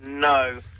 No